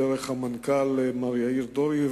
דרך המנכ"ל מר יאיר דורי,